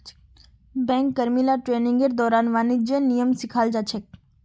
bank कर्मि ला ट्रेनिंगेर दौरान वाणिज्येर नियम सिखाल जा छेक